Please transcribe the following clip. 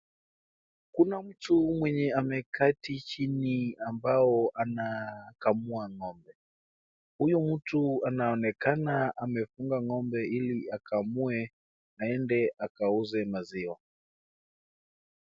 Kuna mtu mwenye ameketi chini ambaye anakamua ng'ombe. Huyu mtu inaonekana amefunga ng'ombe ili akamue aende akauze maziwa.